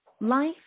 Life